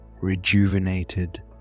rejuvenated